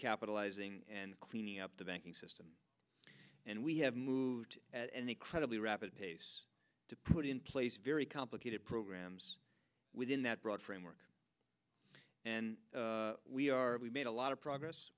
recapitalizing and cleaning up the banking system and we have moved at any credibly rapid pace to put in place very complicated programs within that broad framework and we are we made a lot of progress